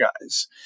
guys